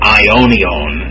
ionion